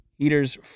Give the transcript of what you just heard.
Eaters